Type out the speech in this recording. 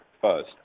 first